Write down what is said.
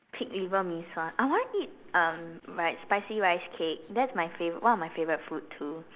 pig liver mee-sua I want eat um like spicy rice cake that's my favorite one of my favorite food too